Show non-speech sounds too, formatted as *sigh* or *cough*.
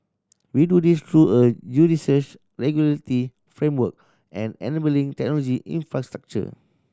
we do this through a judicious *unintelligible* framework and enabling technology infrastructure